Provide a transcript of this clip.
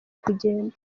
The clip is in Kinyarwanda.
kugenda